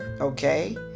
okay